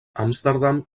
amsterdam